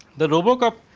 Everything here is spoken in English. the robocop